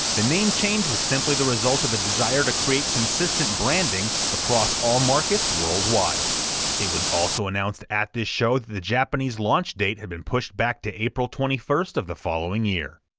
the name change was simply the result of a desire to create consistent branding across all markets worldwide it was also announced at this show that the japanese launch date had been pushed back to april twenty first of the following year.